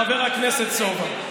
חבר הכנסת סובה.